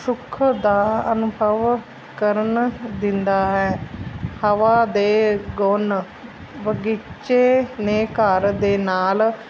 ਸੁੱਖ ਦਾ ਅਨੁਭਵ ਕਰਨ ਦਿੰਦਾ ਹੈ ਹਵਾ ਦੇ ਗੁਣ ਬਗੀਚੇ ਨੇ ਘਰ ਦੇ ਨਾਲ